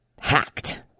hacked